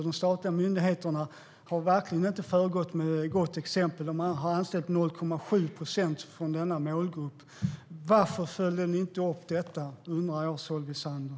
De statliga myndigheterna har verkligen inte föregått med gott exempel. De har anställt 0,7 procent från denna målgrupp. Varför följde ni inte upp detta, Solveig Zander?